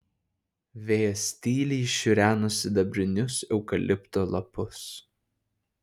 vėjas tyliai šiureno sidabrinius eukalipto lapus